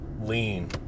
Lean